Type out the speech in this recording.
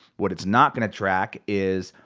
what it's not gonna track is